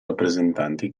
rappresentanti